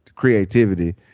creativity